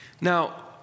Now